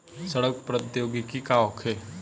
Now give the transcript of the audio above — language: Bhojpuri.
सड़न प्रधौगकी का होखे?